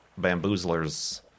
bamboozlers